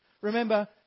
remember